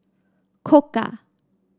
Koka